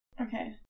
Okay